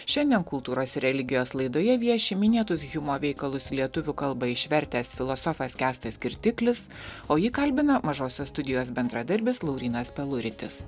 šiandien kultūros ir religijos laidoje vieši minėtus hjumo veikalus į lietuvių kalbą išvertęs filosofas kęstas kirtiklis o jį kalbina mažosios studijos bendradarbis laurynas peluritis